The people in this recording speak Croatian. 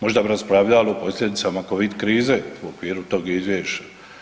Možda bi raspravljali o posljedicama Covid krize u okviru tog izvješća.